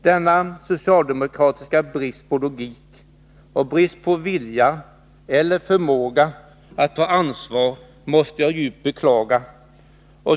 Denna socialdemokratiska brist på logik och brist på vilja eller förmåga att ta ansvar måste jag djupt beklaga.